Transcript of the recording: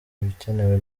ibikenewe